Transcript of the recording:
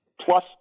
plus